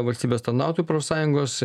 valstybės tarnautojų profsąjungos